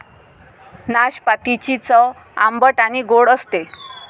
नाशपातीची चव आंबट आणि गोड असते